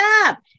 up